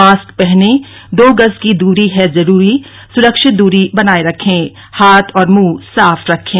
mask पहने दो गज की दूरी है जरूरी सुरक्षित दूरी बनाए रखें हाथ और मुंह साफ रखें